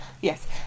Yes